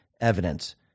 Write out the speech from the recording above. evidence